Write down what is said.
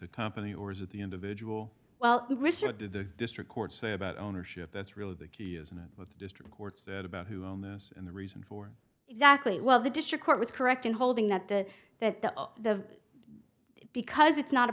the or is it the individual well richard did the district court say about ownership that's really the key isn't it what the district court said about who own this and the reason for exactly well the district court was correct in holding that the that the the because it's not a